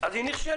אז היא נכשלה.